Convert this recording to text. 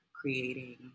creating